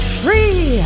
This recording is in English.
free